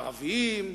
מערביים,